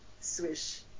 swish